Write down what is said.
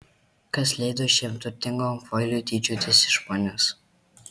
kas leido šiam turtingam kvailiui tyčiotis iš manęs